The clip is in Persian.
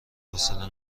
حوصله